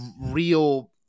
real